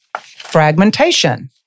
Fragmentation